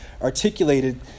articulated